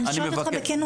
אני שואלת אותך בכנות.